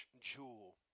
jewel